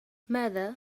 ماذا